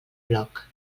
bloc